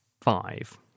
five